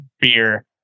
beer